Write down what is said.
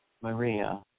Maria